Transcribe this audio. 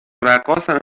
رقاصن